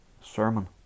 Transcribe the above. sermon